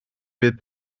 fydd